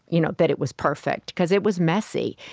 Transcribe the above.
you know that it was perfect, because it was messy.